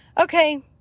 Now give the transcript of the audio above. Okay